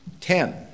Ten